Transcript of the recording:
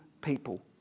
people